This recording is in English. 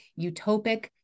utopic